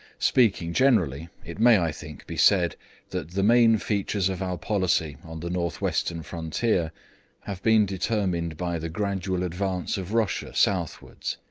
speaking generally, it may, i think, be said that the main features of our policy on the north-western frontier have been determined by the gradual advance of russia southwards,